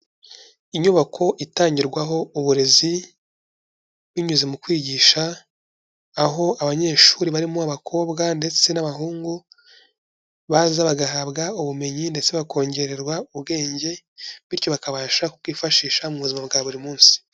Inyubako itangirwaho uburezi binyuze mu kwigisha, aho abanyeshuri barimo: abakobwa ndetse n'abahungu baza bagahabwa ubumenyi ndetse bakongererwa ubwenge bityo bakabasha kubwifashisha mu buzima bwa buri munsi.